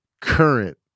current